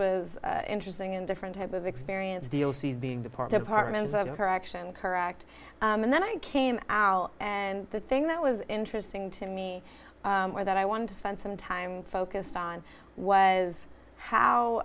was interesting and different type of experience deals these being deported apartments of her action correct and then i came out and the thing that was interesting to me or that i wanted to spend some time focused on was how